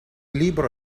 libro